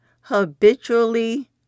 habitually